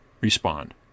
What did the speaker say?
respond